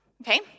okay